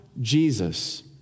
Jesus